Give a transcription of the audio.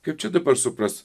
kaip čia dabar suprast